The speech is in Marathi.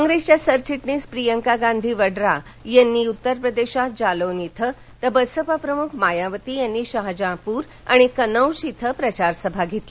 कॉप्रेसच्या सरचिटणीस प्रियांका गांधी वड्डा यांनी उत्तरप्रदेशात जलौन इथं तर बसपा प्रमुख मायावती यांनी शाहजानपूर आणि कनौज इथं प्रचारसभा घेतल्या